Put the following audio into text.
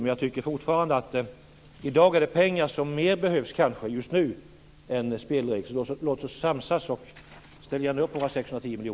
I dag är det kanske mer pengar som behövs än spelregler. Låt oss samsas, ställ gärna upp på 610